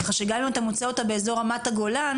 כך שגם אם אתה מוצא אותה באזור רמת הגולן,